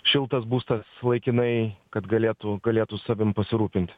šiltas būstas laikinai kad galėtų galėtų savim pasirūpinti